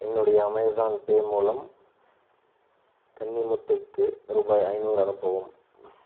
என்னுடைய Amazon Pay மூலம் கன்னிமுத்துக்கு ரூபாய் ஐநூறு அனுப்பவும்